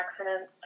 accidents